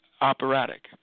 operatic